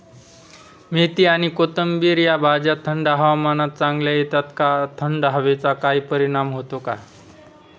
मेथी आणि कोथिंबिर या भाज्या थंड हवामानात चांगल्या येतात का? थंड हवेचा काही परिणाम होतो का?